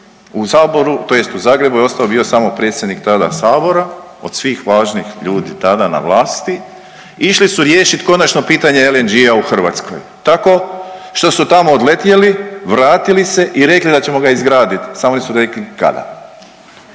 u Zagrebu je ostao bio samo predsjednik tada Sabora. od svih važnih ljudi tada na vlasti išli su riješiti konačno pitanje LNG-a u Hrvatskoj, tako što su tamo odletjeli, vratili se i rekli da ćemo ga izgraditi samo nisu rekli kada